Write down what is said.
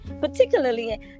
particularly